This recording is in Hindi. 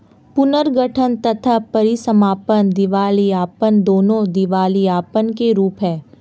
पुनर्गठन तथा परीसमापन दिवालियापन, दोनों दिवालियापन के रूप हैं